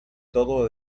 todo